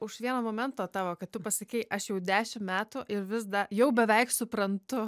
už vieno momento tavo kad tu pasakei aš jau dešimt metų ir vis dar jau beveik suprantu